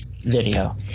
video